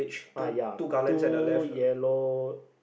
uh ya two yellow